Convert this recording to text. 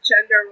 gender